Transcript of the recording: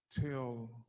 tell